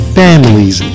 families